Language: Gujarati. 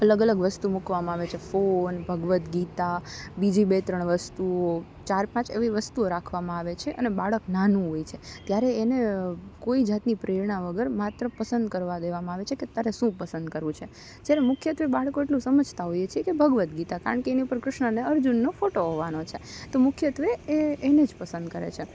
અલગ અલગ વસ્તુ મૂકવામાં આવે છે ફોન ભગવદ્ ગીતા બીજી બે ત્રણ વસ્તુઓ ચાર પાંચ એવી વસ્તુઓ રાખવામાં આવે છે અને બાળક નાનું હોય છે ત્યારે એને કોઈ જાતની પ્રેરણા વગર માત્ર પસંદ કરવામાં દેવામાં આવે છે કે તારે શું પસંદ કરવું છે જ્યારે મુખ્યત્ત્વે બાળકો એટલું સમજતા હોય છે કે ભગવદ્ ગીતા કારણ કે એની પર કૃષ્ણ અને અર્જુનનો ફોટો હોવાનો છે તો મુખ્યત્ત્વે એ એને જ પસંદ કરે છે